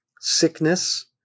sickness